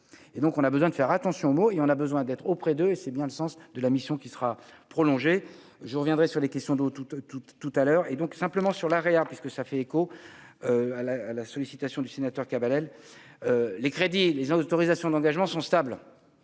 et donc on a besoin de faire attention aux mots et on a besoin d'être auprès de, et c'est bien le sens. De la mission qui sera prolongée, je reviendrai sur les questions d'eau toute toute toute à l'heure et donc simplement sur la puisque ça fait écho à la à la sollicitation du sénateur Cabanel les crédits et les autorisations d'engagement sont stables,